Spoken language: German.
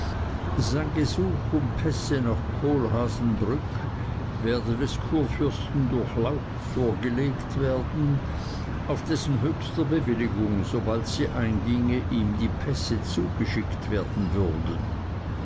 sein gesuch um pässe nach kohlhaasenbrück werde des kurfürsten durchlaucht vorgelegt werden auf dessen höchster bewilligung sobald sie einginge ihm die pässe zugeschickt werden würden